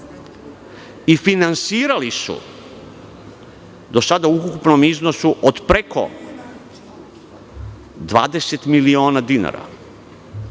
Finansirali su dosada u ukupnom iznosu od preko 20 miliona dinara.